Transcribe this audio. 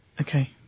Okay